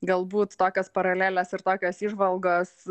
galbūt tokios paralelės ir tokios įžvalgos